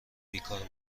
بیکار